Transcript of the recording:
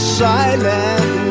silent